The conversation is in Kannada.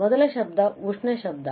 ಮೊದಲ ಶಬ್ದ ಉಷ್ಣ ಶಬ್ದ